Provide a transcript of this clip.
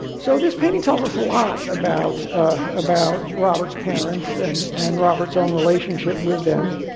so this painting tells us a lot about about robert's parents and and robert's own relationship with them.